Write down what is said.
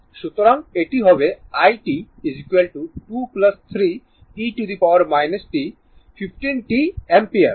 সুতরাং এটি হবে i t 2 3 e t 15 t ampere